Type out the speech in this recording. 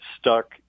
stuck